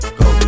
go